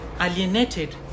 alienated